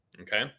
Okay